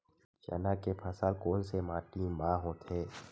चना के फसल कोन से माटी मा होथे?